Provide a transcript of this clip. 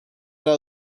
when